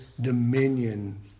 dominion